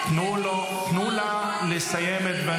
את לא חייבת להגיב.